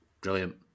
Brilliant